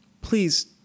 Please